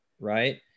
right